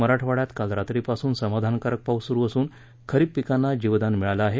मराठवाङ्यात काल रात्रीपासून समाधानकारक पाऊस सुरु असून खरीप पिकांना जीवदान मिळालं आहे